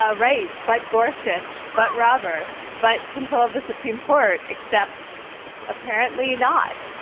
ah right. but gorsuch. but roberts. but control of the supreme court. except apparently not.